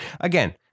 again